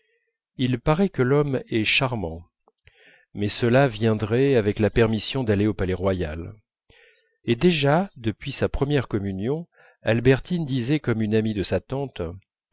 il paraît que l'homme est charmant mais cela viendrait avec la permission d'aller au palais-royal et déjà depuis sa première communion albertine disait comme une amie de sa tante